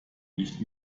nicht